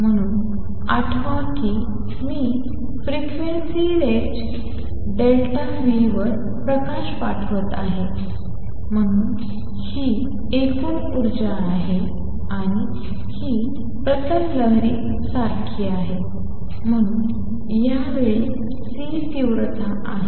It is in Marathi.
म्हणून आठवा की मी फ्रिक्वेंसी रेंज वर प्रकाश पाठवत आहे म्हणजे ही एकूण ऊर्जा आहे आणि ही प्रतल लहरी सारखी आहे म्हणून यावेळी C तीव्रता आहे